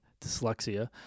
dyslexia